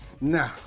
Nah